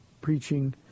preaching